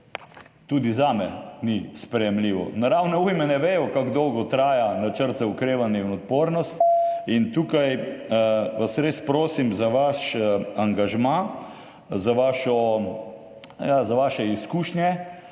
Tudi zame ni sprejemljivo. Naravne ujme ne vedo, kako dolgo traja Načrt za okrevanje in odpornost. In tukaj vas res prosim za vaš angažma, za vaše izkušnje.